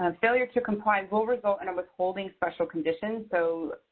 um failure to comply will result in a withholding special condition. so